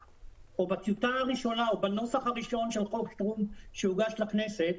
בטיוטה הראשונה או בנוסח הראשון של חוק שטרום שהוגש לכנסת,